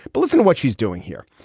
but listen what she's doing here.